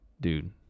Dude